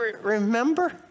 remember